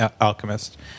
Alchemist